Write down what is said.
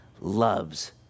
loves